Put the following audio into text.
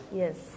yes